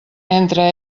entre